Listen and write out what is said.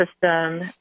system